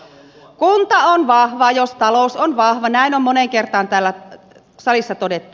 kunta on vahva jos talous on vahva näin on moneen kertaan täällä salissa todettu